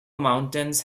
mountains